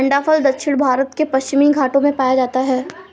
अंडाफल दक्षिण भारत के पश्चिमी घाटों में पाया जाता है